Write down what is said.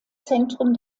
zentrum